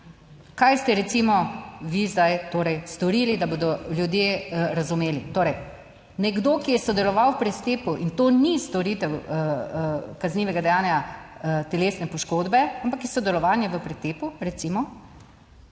Kaj ste recimo vi zdaj torej storili, da bodo ljudje razumeli? Torej, nekdo, ki je sodeloval v pretepu in to ni storitev, kaznivega dejanja telesne poškodbe, ampak je sodelovanje v pretepu, recimo.